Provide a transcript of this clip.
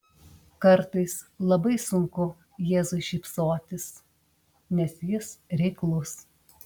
kartais labai sunku jėzui šypsotis nes jis reiklus